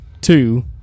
two